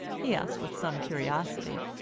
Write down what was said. he asked with some curiosity.